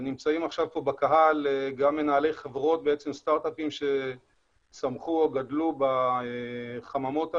נמצאים בקהל גם מנהלי חברות סטארט אפים שצמחו וגדלו בחממות הללו,